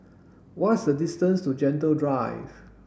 what is the distance to Gentle Drive